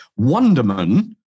Wonderman